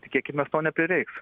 tikėkimės to neprireiks